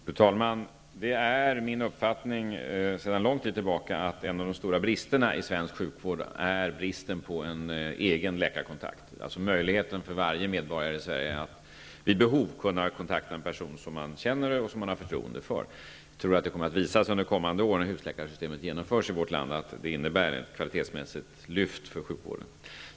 Fru talman! Det är min uppfattning att en av de stora bristerna i svensk sjukvård sedan lång tid tillbaka är att människor inte har en egen läkarkontakt. Det gäller möjligheten för varje medborgare i Sverige att vid behov kunna kontakta en person som man känner och har förtroende för. Jag tror att det kommer att visa sig under de kommande åren, när husläkarsystemet genomförs i vårt land, att det innebär ett kvalitetsmässigt lyft för sjukvården.